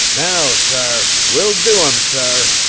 now, sar, we'll do em, sar,